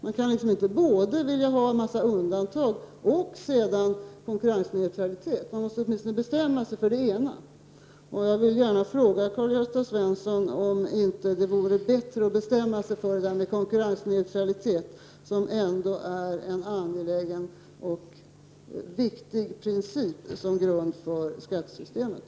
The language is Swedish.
Man kan inte både ha en mängd undantag och konkurrensneutralitet. Moderaterna måste åtminstone bestämma sig för det ena. Jag vill gärna fråga Karl-Gösta Svenson: Vore det inte bättre att bestämma er för konkurrensneutralitet, vilket ändå är en angelägen och viktigt princip, som grund för skattesystemet?